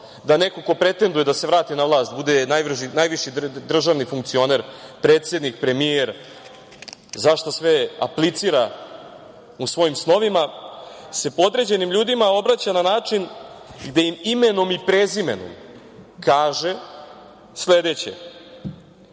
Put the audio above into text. da neko ko pretenduje da se vrati na vlast bude najviši državni funkcioner, predsednik, premijer, za šta sve aplicira u svojim snovima, se podređenim ljudima obraća na način gde im imenom i prezimenom kaže sledeće: